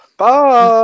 Bye